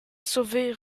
sauver